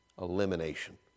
elimination